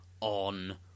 on